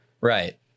Right